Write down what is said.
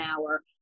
hour